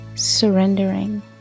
Surrendering